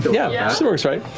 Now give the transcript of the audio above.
yeah, it still works right.